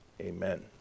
Amen